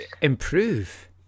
improve